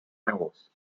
carnivores